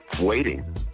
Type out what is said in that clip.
waiting